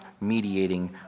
mediating